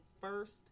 first